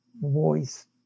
voice